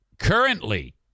currently